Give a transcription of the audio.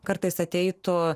kartais ateitų